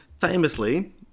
famously